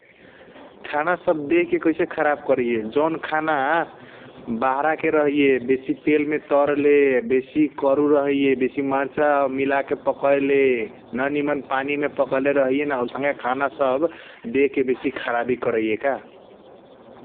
खाना सब देह के कैसन खरब करैया जॉन खाना । बाहरा के रहैया बेसी तेल मे तरले बेसी करू रहैया । बेसी मरचा मिलके पकायले ननीमान पानी पकायले रहैया न आउसाँक खाना सब बेसी देह के खराबी करैया का ।